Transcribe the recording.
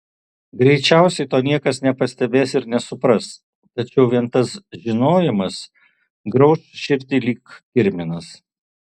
greičiausiai to niekas nepastebės ir nesupras tačiau vien tas žinojimas grauš širdį lyg kirminas